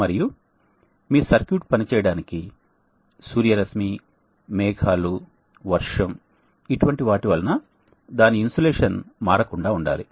మరియు మీ సర్క్యూట్ పనిచేయడానికి సూర్యరశ్మి మేఘాలు వర్షం ఇటువంటి వాటి వలన దాని ఇన్సులేషన్ మారకుండా ఉండాలి